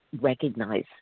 recognize